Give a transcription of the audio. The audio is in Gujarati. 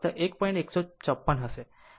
154 હશે